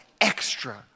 extra